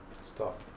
Stop